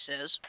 says